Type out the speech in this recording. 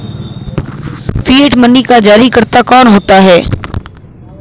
Fiat money का जारीकर्ता कौन होता है?